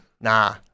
nah